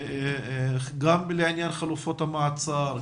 גם לעניין חלופות המעצר,